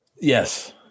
yes